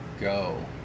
go